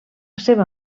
seva